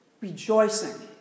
rejoicing